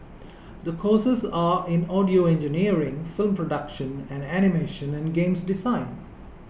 the courses are in audio engineering film production and animation and games design